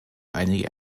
einige